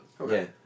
Okay